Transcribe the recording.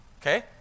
Okay